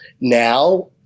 now